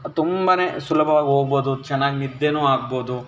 ತುಂಬನೇ ಸುಲಭವಾಗಿ ಹೋಗ್ಬೋದು ಚೆನ್ನಾಗಿ ನಿದ್ದೆಯೂ ಆಗ್ಬೋದು